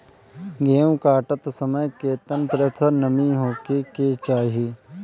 गेहूँ काटत समय केतना प्रतिशत नमी होखे के चाहीं?